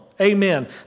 Amen